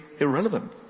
irrelevant